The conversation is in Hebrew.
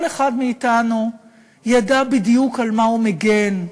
כל אחד מאתנו ידע בדיוק על מה הוא מגן,